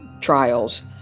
trials